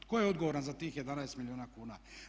Tko je odgovoran za tih 11 milijuna kuna?